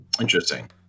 Interesting